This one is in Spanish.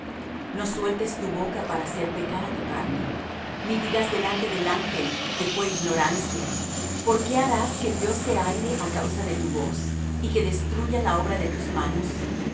no sueltes tu boca para hacer pecar á tu carne ni digas delante del ángel que fué ignorancia por qué harás que dios se aire á causa de tu voz y que destruya la obra de tus manos